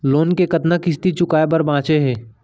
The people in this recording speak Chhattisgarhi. लोन के कतना किस्ती चुकाए बर बांचे हे?